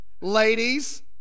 Ladies